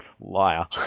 Liar